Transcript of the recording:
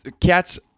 Cats